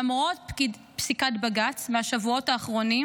למרות פסיקת בג"ץ מהשבועות האחרונים